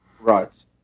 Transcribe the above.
Right